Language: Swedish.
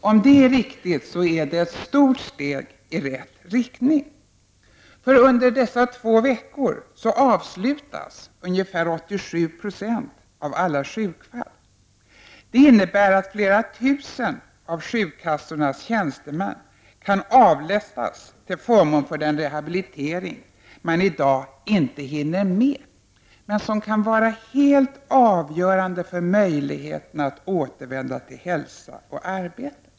Om det är riktigt, så är det ett stort steg i rätt riktning. Under dessa två veckor avslutas runt 87 96 av alla sjukfall. Det innebär att flera tusen av sjukkassornas tjänstemän kan avlastas till förmån för den rehabilitering man i dag inte hinner med men som kan vara helt avgörande för möjligheterna att återvända till hälsa och arbete.